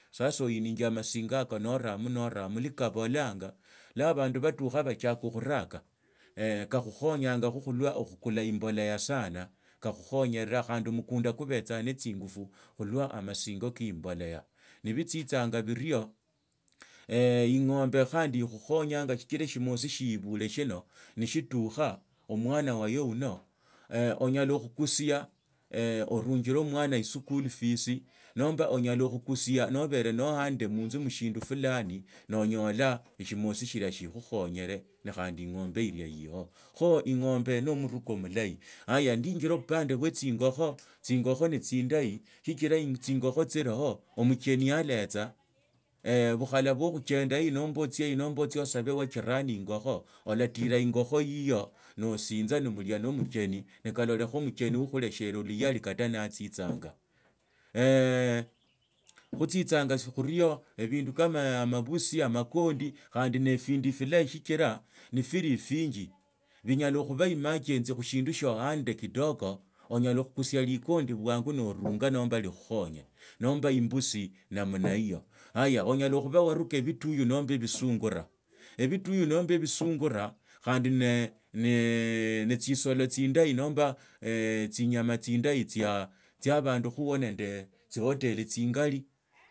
Sasa oinisinja amasingo yako nauramo nauramo lwa kabilanga lwa abande batukha batsia okhuruka kakhukhonyanga khulwa okhukula imbolea sana kakhukhonyeranga khandi omukunda kubatsia ne tsingufu khulwa amasingo ke imbolea nebitsitsanga birio ing’ombe khandi khukhonyanga shikila shimosi shiibule shino nishitukhe omwana wayo uno onyala khukusia orungile omwana wuwo eschool fees nomba onyala okhukusia nobera huhande muve mushindu fulani noonyala eshimosi shila shikhuwa ne khandi ing’ombe ila iloho kho ing’ombe nimurusia mulahi haya nindinziila bupande bwa tsingokho tsingoho ne tsindahi sichira tsingokho tsiliho mucheni aletsa bukhala bwa khuchenda ino nomba otsie hiyo nomba otsie osabe wa chirani ingokho olatira ingokho yiyo nosinza nolia no omucheni nekallekha omucheni akhuleshele luyali kata naatsitsanga khutsitsanga khurio ebindu kama amabusi amakondi kandi ne efindu oilahi shikira nefili efinji binyala khuba emergency mushindu sia uande kidogo onyala khukusia ligondi bwangu noorunga nomba namalikhukhonya nomba imbusi namna hiyo haya onyala khuba waruka bituyu nomba bisungura ebituyu nomba ebisungura khandi netsisolo tsindahi nomba tsinyama tsindahi tsia abandu nende tsihoteli tsingali.